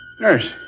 Nurse